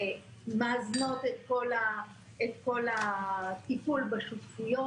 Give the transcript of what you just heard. מאזנות את כל הטיפול בשותפויות,